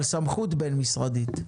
אבל סמכות בין משרדית.